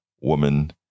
woman